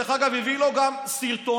דרך אגב, הביא לו גם סרטונים.